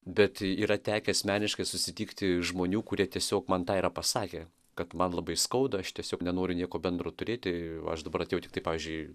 bet yra tekę asmeniškai susitikti žmonių kurie tiesiog man tai yra pasakę kad man labai skauda aš tiesiog nenoriu nieko bendro turėti aš dabar atėjau tiktai pavyzdžiui